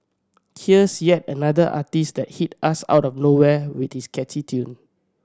here's yet another artiste that hit us out of nowhere with this catchy tune